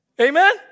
Amen